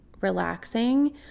relaxing